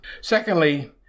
Secondly